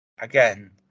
Again